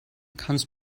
kannst